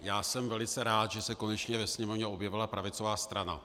Já jsem velice rád, že se konečně ve Sněmovně objevila pravicová strana.